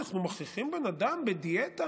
אנחנו מכריחים בן אדם בדיאטה?